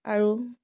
আৰু